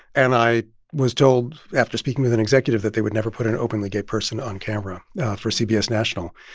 and i was told after speaking with an executive that they would never put an openly gay person on camera for cbs national.